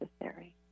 necessary